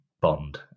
Bond